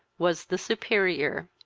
was the superior.